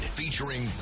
featuring